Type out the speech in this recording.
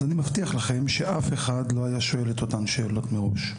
אז אני מבטיח לכם שאף אחד לא היה שואל את אותן שאלות מראש.